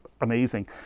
amazing